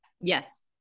Yes